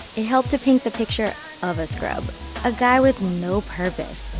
it helped to paint the picture of a scrub a guy with no purpose